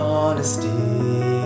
honesty